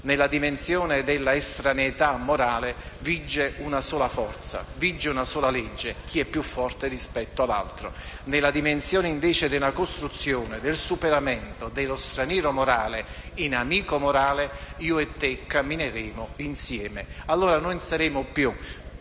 Nella dimensione dell'estraneità morale vige una sola legge: chi è più forte rispetto all'altro. Nella dimensione, invece, della costruzione e del superamento dello straniero morale in amico morale, io e te cammineremo insieme. Allora, non saremo più